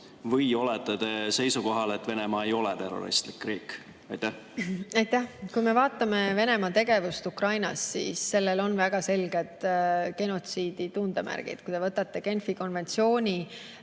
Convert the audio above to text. Või olete te seisukohal, et Venemaa ei ole terroristlik riik? Aitäh! Kui me vaatame Venemaa tegevust Ukrainas, siis sellel on väga selged genotsiidi tundemärgid. Kui te võtate Genfi konventsiooni,